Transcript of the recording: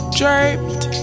draped